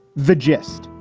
the gist.